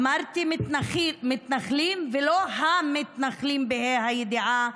אמרתי מתנחלים ולא המתנחלים בה"א הידיעה,